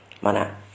Mana